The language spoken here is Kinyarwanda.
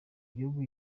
gihugu